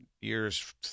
years